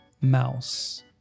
Mouse